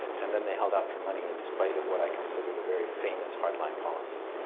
and then they held out for money in spite of what i considered a very famous hardline policy.